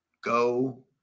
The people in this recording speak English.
Go